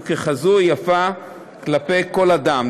וככזאת היא יפה כלפי כל אדם.